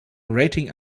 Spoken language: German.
rating